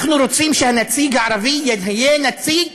אנחנו רוצים שהנציג הערבי יהיה נציג